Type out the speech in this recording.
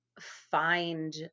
find